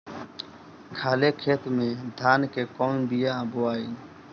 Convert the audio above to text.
खाले खेत में धान के कौन बीया बोआई?